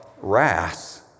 wrath